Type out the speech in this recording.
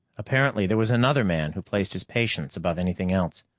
apparently there was another man who placed his patients above anything else,